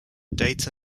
data